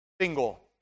single